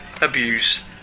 abuse